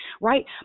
right